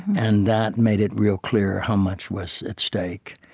and that made it real clear how much was at stake.